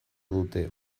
dute